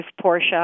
Portia